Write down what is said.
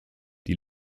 die